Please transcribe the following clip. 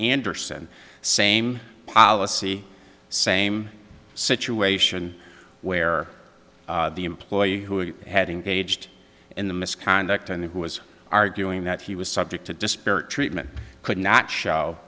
andersen same policy same situation where the employee who had engaged in the misconduct and who was arguing that he was subject to disparate treatment could not show